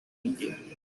meeting